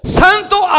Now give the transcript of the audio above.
santo